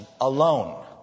alone